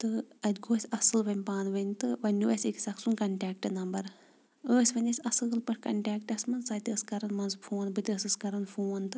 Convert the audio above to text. تہٕ اَتہِ گوٚو اسہِ اصل وۄنۍ پانہٕ ؤنۍ تہٕ وۄنۍ نیوٗ اسہِ أکِس اَکھ سُند کنٹیکٹہٕ نمبر ٲسۍ وۄنۍ أسی اصل پٲٹھۍ کنٹیکٹس منٛز سۄتہِ ٲسۍ کران منٛزٕ فون بہٕ تہِ ٲسٕس کران فون